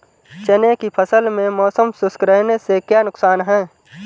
चने की फसल में मौसम शुष्क रहने से क्या नुकसान है?